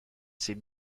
sit